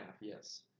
yes